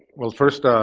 well, first,